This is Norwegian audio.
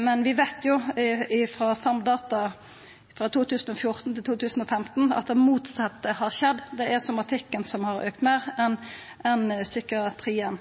men vi veit frå Samdata for 2014 og 2015 at det motsette har skjedd – somatikken har auka meir enn psykiatrien.